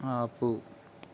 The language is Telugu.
ఆపు